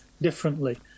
differently